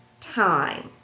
time